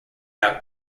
out